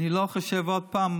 אני לא חושב עוד פעם.